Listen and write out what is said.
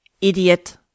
Idiot